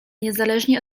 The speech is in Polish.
niezależnie